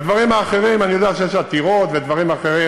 בדברים האחרים אני יודע שיש עתירות ודברים אחרים.